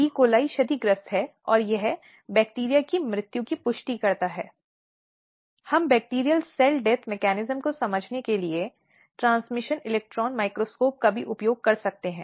चिकित्सा प्रक्रियाओं को एक तरीके से नहीं किया जाना चाहिए जो क्रूर अमानवीय या अपमानजनक उपचार का गठन करते हैं